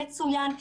מצוין,